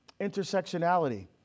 intersectionality